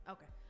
Okay